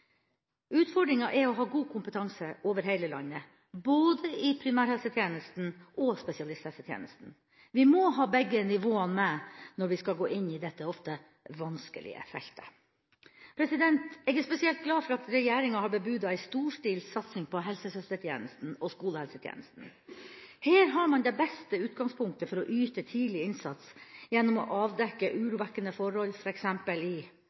Utfordringa er å ha god kompetanse over hele landet, både i primærhelsetjenesten og i spesialisthelsetjenesten. Vi må ha begge nivåene med når vi skal gå inn i dette, ofte vanskelige, feltet. Jeg er spesielt glad for at regjeringa har bebudet en storstilt satsing på helsesøstertjenesten og skolehelsetjenesten. Her har man det beste utgangspunktet for å yte tidlig innsats gjennom å avdekke urovekkende forhold, f.eks. i